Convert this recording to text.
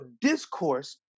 discourse